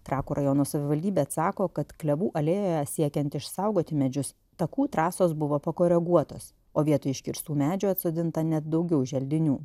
trakų rajono savivaldybė atsako kad klevų alėja siekiant išsaugoti medžius takų trasos buvo pakoreguotos o vietoj iškirstų medžių atsodinta net daugiau želdinių